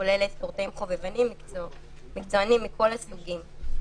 כולל ספורטאים חובבנים ומקצוענים מכל הסוגים.